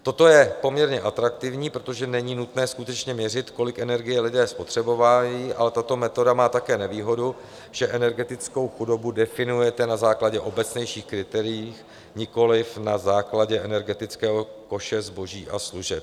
Toto je poměrně atraktivní, protože není nutné skutečně měřit, kolik energie lidé spotřebovávají, ale tato metoda má také nevýhodu, že energetickou chudobu definujete na základě obecnějších kritérií, nikoliv na základě energetického koše zboží a služeb.